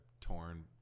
torn